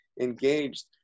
engaged